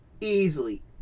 easily